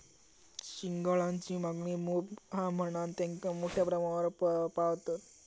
चिंगळांची मागणी मोप हा म्हणान तेंका मोठ्या प्रमाणावर पाळतत